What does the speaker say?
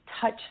touch